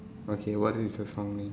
okay what is the song name